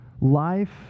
Life